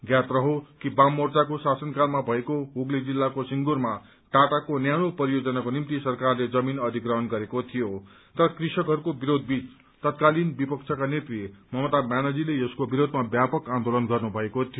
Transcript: ज्ञात रहोस् कि वाम मोर्चाको शासनकालमा भएको हुगली जिल्ताको सिंग्रमा टाटाको न्यानो परियोजनाको निम्ति सरकारले जमीन अधिग्रहण गरेको थियो तर कृषकहरूको विरोध बीच तत्कालिन विपक्षकी नेत्री ममता ब्यानर्जीले यसको विरोधमा व्यापक आन्दोलन गर्नुभएको थियो